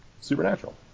Supernatural